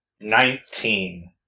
Nineteen